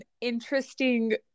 interesting